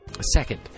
Second